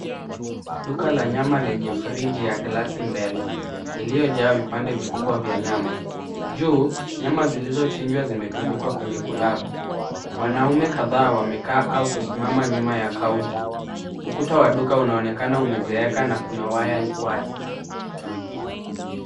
Duka la nyama lenye friji ya glasi mbele, iliyojaa vipande vikubwa vya nyama. Juu, nyama zilizochinjwa zimetundikwa kwenye kulabu. Wanaume kadhaa wamekaa au kusimama nyuma ya kaunta. Ukuta wa duka unaonekana umezeeka na kuna waya wazi.